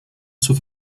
zur